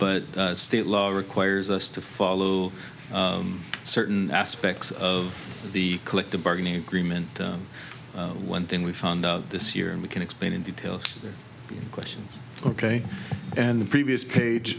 but state law requires us to follow certain aspects of the collective bargaining agreement one thing we found out this year and we can explain in detail questions ok and the previous page